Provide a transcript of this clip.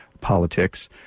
politics